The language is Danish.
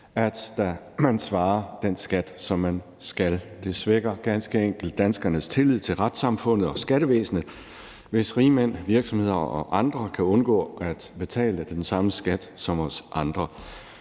at man svarer den skat, som man skal. Det svækker ganske enkelt danskernes tillid til retssamfundet og skattevæsenet, hvis rigmænd, virksomheder og andre kan undgå at betale den samme skat som os andre.